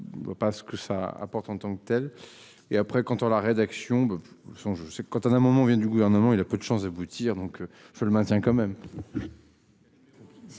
je. Ne vois pas ce que ça apporte en tant que telle et après quand on la rédaction. Son je sais quand on a mon nom vient du gouvernement, il a peu de chances d'aboutir. Donc je le maintiens quand même.